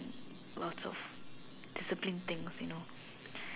lots of discipline things you know